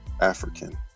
African